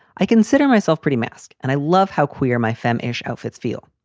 i consider myself pretty mask and i love how queer my femme ish outfits feel.